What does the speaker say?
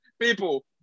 people